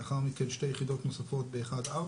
לאחר מכן שתי יחידות נוספות ב-1-4,